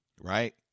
Right